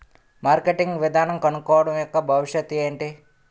Marketing విధానం కనుక్కోవడం యెక్క భవిష్యత్ ఏంటి?